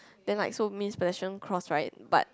then like so means pedestrians cross right but